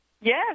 Yes